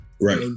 right